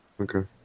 Okay